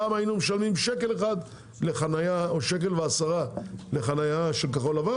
פעם היינו משלמים שקל או 1.10 שקלים לחניה של כחול לבן.